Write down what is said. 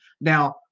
Now